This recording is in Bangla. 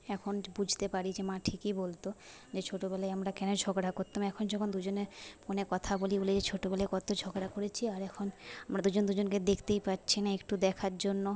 এখন বুঝতে পারি যে মা ঠিকই বলতো যে ছোটবেলায় আমরা কেন ঝগড়া করতাম এখন যখন দুজনে ফোনে কথা বলি বলি যে ছোটবেলায় কতো ঝগড়া করেছি আর এখন আমরা দুজন দুজনকে দেখতেই পাচ্ছি না একটু দেখার জন্য